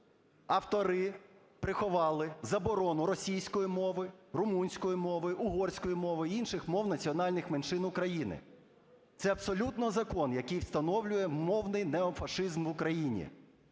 автори приховали заборону російської мови, румунської мови, угорської мови, інших мов національних меншин України. Це абсолютно закон, який встановлює "мовний неофашизм" в Україні,